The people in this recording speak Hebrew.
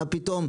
מה פתאום".